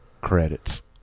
credits